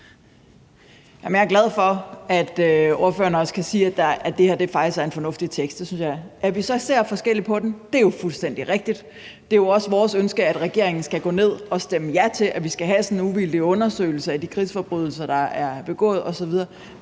jeg er glad for, at ordføreren også kan sige, at det her faktisk er en fornuftig tekst. At vi så ser forskelligt på den, er jo fuldstændig rigtigt. Det er jo også vores ønske, at regeringen skal tage ned og stemme ja til, at vi skal have sådan en uvildig undersøgelse af de krigsforbrydelser, der er begået osv.